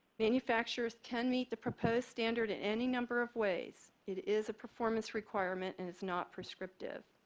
manufacturers can meet the proposed standard at any number of ways. it is a performance requirement, and it's not prescriptive.